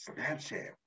Snapchat